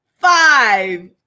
five